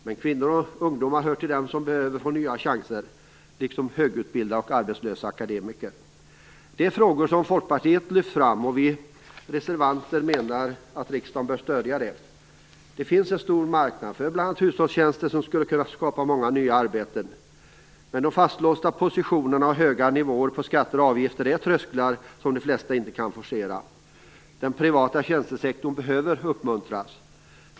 Men kvinnor och ungdomar hör till dem som behöver få nya chanser, liksom högutbildade och arbetslösa akademiker. Det är frågor som Folkpartiet har lyft fram och som vi reservanter menar att riksdagen bör stödja. Det finns en stor marknad för bl.a. hushållstjänster, som skulle kunna skapa många nya arbeten. Men de fastlåsta positionerna och höga nivåer på skatter och avgifter är trösklar som de flesta inte kan forcera. Den privata tjänstesektorn behöver uppmuntras.